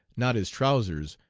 not his trousers,